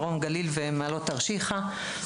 מרום גליל ומעלות תרשיחא.